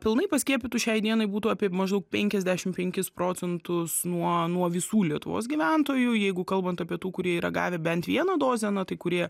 pilnai paskiepytų šiai dienai būtų apie maždaug penkiasdešimt penkis procentus nuo nuo visų lietuvos gyventojų jeigu kalbant apie tų kurie yra gavę bent vieną dozę na tai kurie